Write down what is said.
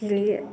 जो ये